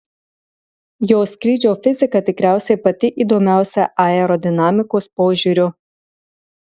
jo skrydžio fizika tikriausiai pati įdomiausia aerodinamikos požiūriu